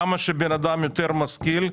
ככל שבן אדם יותר משכיל,